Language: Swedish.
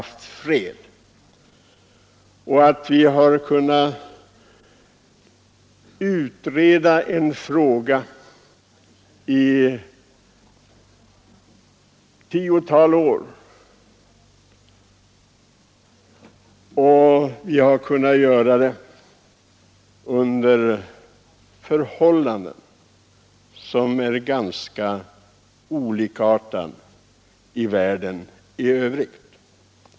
Vi har vidare kunnat utreda denna fråga i ett tiotal år under förhållanden som varit synnerligen olika dem som rått ute i världen i övrigt.